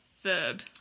verb